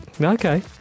Okay